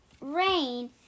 rain